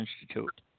Institute